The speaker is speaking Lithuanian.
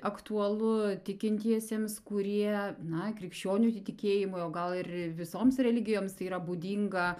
aktualu tikintiesiems kurie na krikščionių tikėjimui o gal ir visoms religijoms yra būdinga